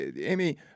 amy